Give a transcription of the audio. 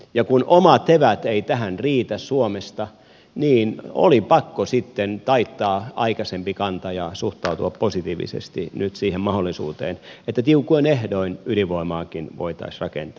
ja kun omat eväät eivät tähän riitä suomesta niin oli pakko sitten taittaa aikaisempi kanta ja suhtautua positiivisesti nyt siihen mahdollisuuteen että tiukoin ehdoin ydinvoimaakin voitaisiin rakentaa